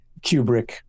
Kubrick